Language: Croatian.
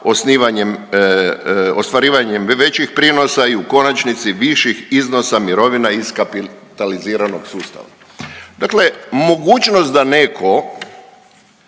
stupa ostvarivanjem većih prinosa i u konačnici viših iznosa mirovina iz kapitaliziranog sustava“, dakle mogućnost da neko